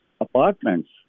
apartments